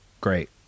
great